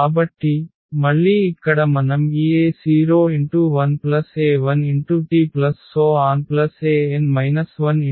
కాబట్టి మళ్ళీ ఇక్కడ మనం ఈa01a1tan